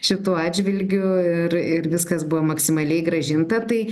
šituo atžvilgiu ir ir viskas buvo maksimaliai grąžinta tai